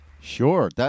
Sure